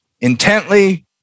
intently